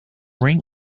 ring